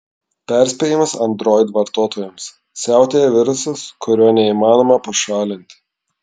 perspėjimas android vartotojams siautėja virusas kurio neįmanoma pašalinti